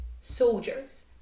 soldiers